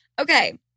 Okay